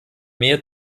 mehr